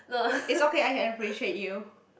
is okay I can appreciate you